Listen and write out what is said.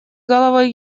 головой